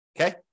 Okay